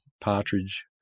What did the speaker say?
Partridge